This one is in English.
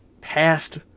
past